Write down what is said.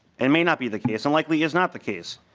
and may not be the case. and likely is not the case.